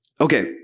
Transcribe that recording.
Okay